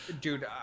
Dude